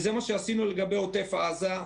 זה מה שעשינו לגבי עוטף עזה,